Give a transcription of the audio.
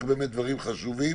רק דברים חשובים.